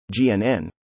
GNN